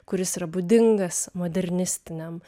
kuris yra būdingas modernistiniam